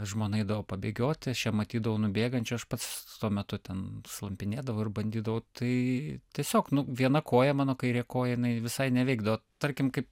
žmona eidavo pabėgioti aš ją matydavau nubėgančią aš pats tuo metu ten slampinėdavau ir bandydavau tai tiesiog nu viena koja mano kairė koja visai neveikdavo tarkim kaip